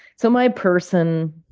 so my person,